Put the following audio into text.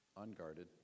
unguarded